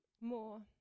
more